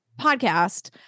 podcast